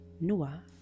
Noah